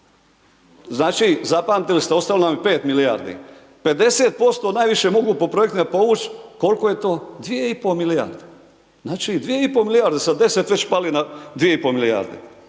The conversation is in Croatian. Znači, zapamtili ste, ostalo nam je 5 milijardi, 50% najviše mogu po projektima povući, kol'ko je to? 2,5 milijarde, znači, 2,5 milijarde, sa 10 već pali na 2,5 milijarde.